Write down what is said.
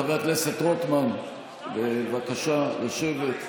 חבר הכנסת רוטמן, בבקשה לשבת.